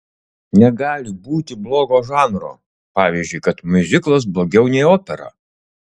negali būti blogo žanro pavyzdžiui kad miuziklas blogiau nei opera